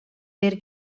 der